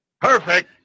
Perfect